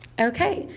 okay.